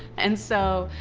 and so,